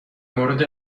مورد